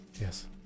Yes